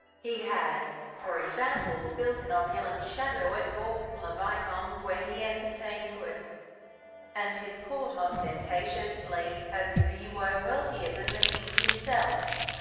he had, for example, built an opulent chateau at vaux-le-vicomte where he entertained louis and his court ostentatiously, as if he were wealthier than the king himself.